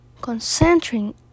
concentrating